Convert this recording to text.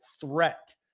threat